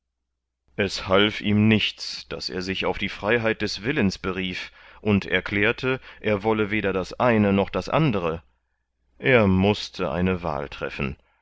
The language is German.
es half ihm nichts daß er sich auf die freiheit des willens berief und erklärte er wolle weder das eine noch das andre er mußte eine wahl treffen